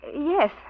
yes